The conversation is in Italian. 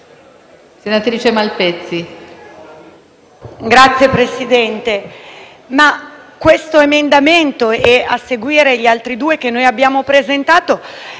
senatrice Malpezzi